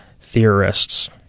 theorists